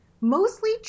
mostly